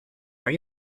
are